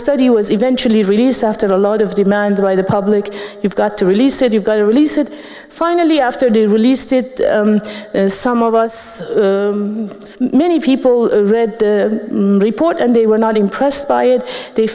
study was eventually released after a lot of demand by the public you've got to release it you've got to release it finally after they released it some of us many people read the report and they were not impressed by it they